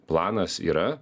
planas yra